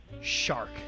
shark